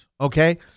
Okay